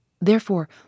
Therefore